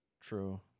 True